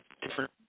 different